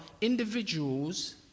individuals